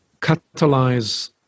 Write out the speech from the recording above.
catalyze